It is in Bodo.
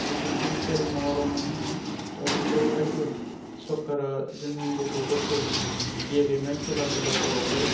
जिथुनिखि खेल महारननानो होन दा बेफोराव बेवहायबो सोरखारा जोंनि गथ'फोरखौ गेलेनाय खेला धुलाफोरावहाय